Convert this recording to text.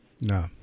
No